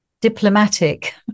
diplomatic